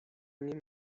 نیم